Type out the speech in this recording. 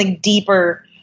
deeper